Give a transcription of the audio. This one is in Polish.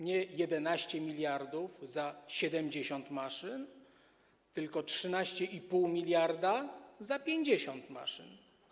Nie 11 mld za 70 maszyn, tylko 13,5 mld za 50 maszyn.